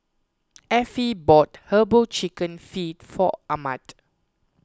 Affie bought Herbal Chicken Feet for Ahmed